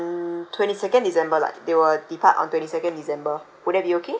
twenty second december lah they will depart on twenty second december would that be okay